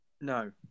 No